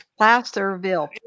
Plasterville